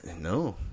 no